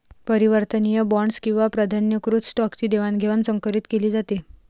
परिवर्तनीय बॉण्ड्स किंवा प्राधान्यकृत स्टॉकची देवाणघेवाण संकरीत केली जाते